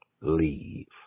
leave